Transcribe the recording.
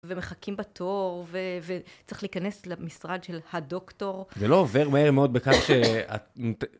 ומחכים בתור, וצריך להיכנס למשרד של הדוקטור. זה לא עובר מהר מאוד בכך שאת...